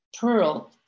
pearl